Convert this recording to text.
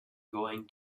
going